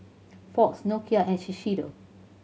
Fox Nokia and Shiseido